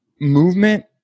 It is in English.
movement